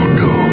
no